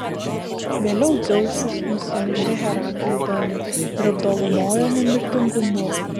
vėliau dzeusas nusinešė heraklį į dangų ir apdovanojo nemirtingumu